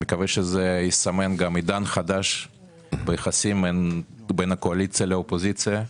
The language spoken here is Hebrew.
אני מקווה שזה יסמן עידן חדש ביחסים בין הקואליציה לאופוזיציה.